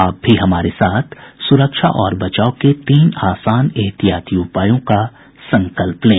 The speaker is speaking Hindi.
आप भी हमारे साथ सुरक्षा और बचाव के तीन आसान एहतियाती उपायों का संकल्प लें